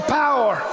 power